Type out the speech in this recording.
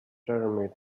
jeremy